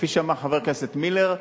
וכפי שאמר חבר הכנסת מילר,